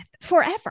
forever